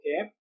Okay